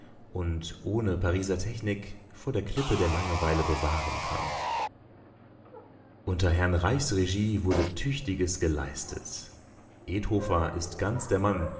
und ohne pariser technik vor der klippe der langeweile bewahren kann unter herrn reichs regie wurde tüchtiges geleistet edthofer ist ganz der mann